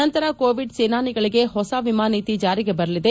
ನಂತರ ಕೋವಿಡ್ ಸೇನಾನಿಗಳಿಗೆ ಹೊಸ ವಿಮಾ ನೀತಿ ಜಾರಿಗೆ ಬರಲಿದೆ